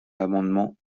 l’amendement